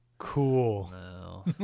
Cool